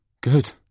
Good